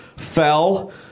fell